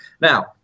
Now